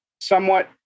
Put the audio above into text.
somewhat